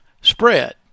spread